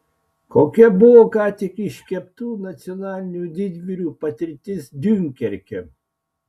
kokia buvo ką tik iškeptų nacionalinių didvyrių patirtis diunkerke